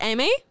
Amy